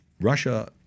Russia